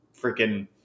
freaking